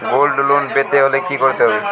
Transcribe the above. Gold loan পেতে হলে কি করতে হবে?